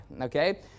Okay